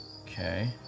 Okay